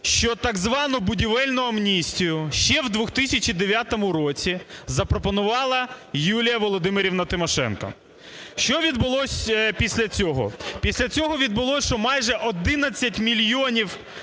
що так звану будівельну амністію ще в 2009 році запропонувала Юлія Володимирівна Тимошенко. Що відбулося після цього? Після цього відбулося, що майже 11 мільйонів